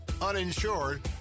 uninsured